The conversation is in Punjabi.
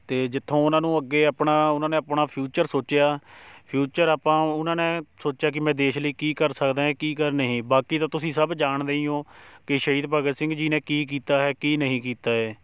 ਅਤੇ ਜਿੱਥੋਂ ਉਹਨਾਂ ਨੂੰ ਅੱਗੇ ਆਪਣਾ ਉਹਨਾਂ ਨੇ ਆਪਣਾ ਫਿਊਚਰ ਸੋਚਿਆ ਫਿਊਚਰ ਆਪਾਂ ਉਹਨਾਂ ਨੇ ਸੋਚਿਆ ਕਿ ਮੈਂ ਦੇਸ਼ ਲਈ ਕੀ ਕਰ ਸਕਦਾਂ ਕੀ ਕਰ ਨਹੀਂ ਬਾਕੀ ਤਾਂ ਤੁਸੀਂ ਸਭ ਜਾਣਦੇ ਹੀ ਹੋ ਕਿ ਸ਼ਹੀਦ ਭਗਤ ਸਿੰਘ ਜੀ ਨੇ ਕੀ ਕੀਤਾ ਹੈ ਕੀ ਨਹੀਂ ਕੀਤਾ ਏ